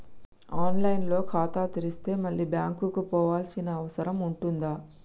On line లో ఖాతా తెరిస్తే మళ్ళీ బ్యాంకుకు పోవాల్సిన అవసరం ఉంటుందా?